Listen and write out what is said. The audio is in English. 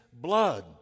blood